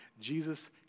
Jesus